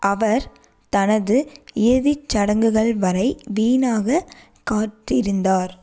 அவர் தனது இறுதிச் சடங்குகள் வரை வீணாக காத்திருந்தார்